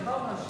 זה כבר משהו.